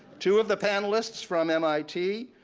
two of the panelists from mit,